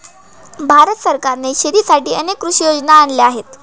भारत सरकारने शेतीसाठी अनेक कृषी योजना आणल्या आहेत